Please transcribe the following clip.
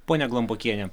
ponia glambokiene